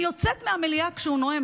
אני יוצאת מהמליאה כשהוא נואם,